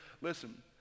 Listen